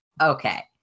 Okay